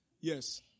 Yes